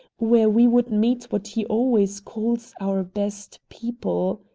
where we would meet what he always calls our best people.